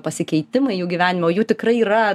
pasikeitimai jų gyvenime o jų tikrai yra